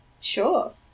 Sure